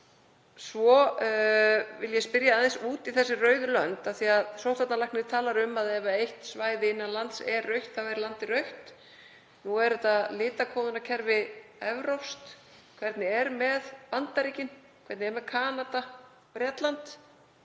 Svo vil ég spyrja aðeins út í þessi rauðu lönd af því að sóttvarnalæknir talar um að ef eitt svæði innan lands er rautt sé landið rautt. Nú er þetta litakóðunarkerfi evrópskt. Hvernig er með Bandaríkin, hvernig er með Kanada, Bretland,